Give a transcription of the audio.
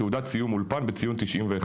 תעודת סיום אולפן בציון 91,